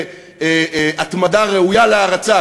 בהתמדה ראויה להערצה,